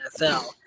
NFL